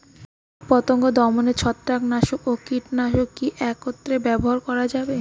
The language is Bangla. কীটপতঙ্গ দমনে ছত্রাকনাশক ও কীটনাশক কী একত্রে ব্যবহার করা যাবে?